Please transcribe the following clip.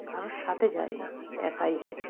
কারোর সাথে যাই না একাই যায়